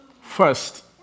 first